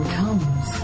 comes